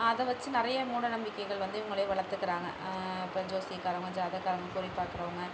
அதை வச்சு நிறைய மூடநம்பிக்கைகள் வந்து இவங்களே வளர்த்துக்கறாங்க இப்போ ஜோசியக்காரவங்கள் ஜாதகக்காரங்கள் குறி பார்க்கறவங்க